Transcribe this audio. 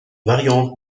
variante